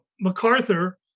MacArthur